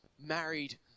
married